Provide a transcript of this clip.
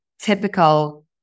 typical